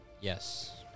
Yes